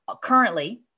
Currently